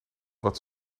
wat